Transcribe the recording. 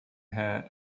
her